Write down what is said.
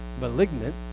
malignant